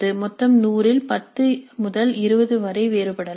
மொத்தம் 100 இல் 10 முதல் 20 வரை வேறுபடலாம்